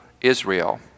Israel